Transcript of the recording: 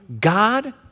God